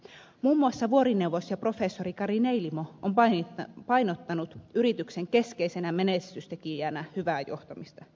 muun muassa vuorineuvos professori kari neilimo on painottanut yrityksen keskeisenä menestystekijänä hyvää johtamista